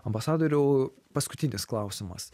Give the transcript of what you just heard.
ambasadoriau paskutinis klausimas